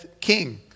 king